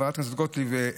חברת הכנסת גוטליב.